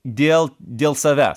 dėl dėl savęs